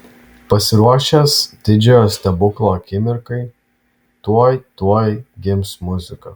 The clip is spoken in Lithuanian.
pasiruošęs didžiojo stebuklo akimirkai tuoj tuoj gims muzika